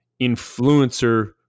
influencer